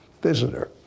visitor